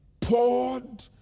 poured